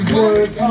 work